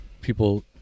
people